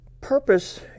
purpose